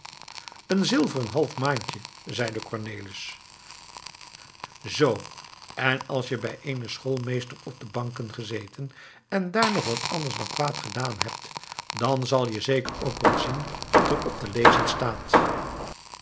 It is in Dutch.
een zilveren half maantje zeide cornelis zoo en als je bij eenen schoolmeester op de banken gezeten en daar nog wat anders dan kwaad gedaan hebt dan zal je zeker ook wel zien wat er op te lezen staat